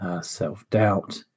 self-doubt